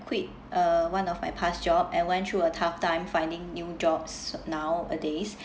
quit uh one of my past job and went through a tough time finding new jobs nowadays